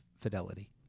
fidelity